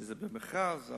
שזה במכרז.